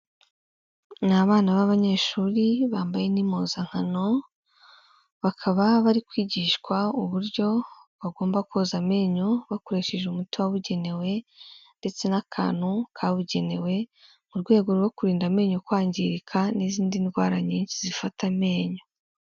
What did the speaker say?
Ni abana b'abanyeshuri, bambaye n'impuzankano, bakaba bari kwigishwa uburyo bagomba koza amenyo, bakoresheje umuti wabugenewe ndetse n'akantu kabugenewe, mu rwego rwo kurinda amenyo kwangirika n'izindi ndwara nyinshi zifata amenyo.